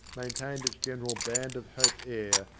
maintained its general band-of-hope air,